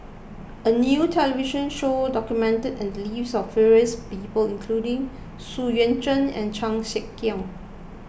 a new television show documented the lives of various people including Xu Yuan Zhen and Chan Sek Keong